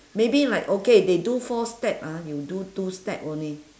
maybe like okay they do four step ah you do two step only